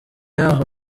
y’aho